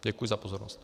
Děkuji za pozornost.